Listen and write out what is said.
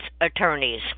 attorneys